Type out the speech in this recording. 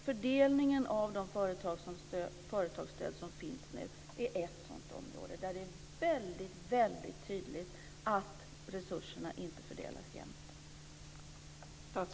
Fördelningen av de företagsstöd som finns är också ett område där det är väldigt tydligt att resurserna inte fördelas jämnt.